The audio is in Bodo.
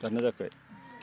जादोंना जायाखै